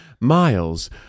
miles